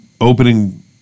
opening